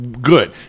good